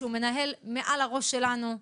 שהוא מנהל מעל הראש שלנו,